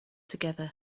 together